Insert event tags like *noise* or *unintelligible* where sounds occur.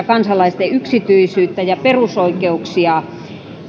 *unintelligible* kansalaisten yksityisyyttä ja perusoikeuksia